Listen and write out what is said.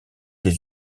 des